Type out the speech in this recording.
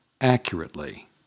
accurately